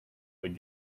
but